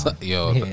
Yo